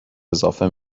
اضافه